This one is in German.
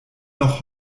noch